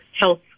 health